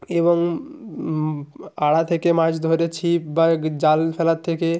এবং আড়া থেকে মাছ ধরেছি বা জাল ফেলার থেকে